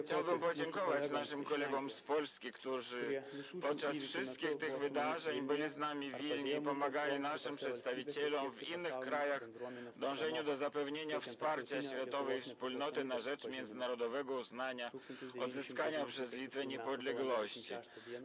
Chciałbym podziękować naszym kolegom z Polski, którzy podczas tych wszystkich wydarzeń byli z nami w Wilnie i pomagali naszym przedstawicielom w innych krajach w dążeniu do zapewnienia wsparcia światowej wspólnoty na rzecz międzynarodowego uznania odzyskania przez Litwę niepodległości.